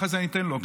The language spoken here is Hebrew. אחרי זה אני אתן לו.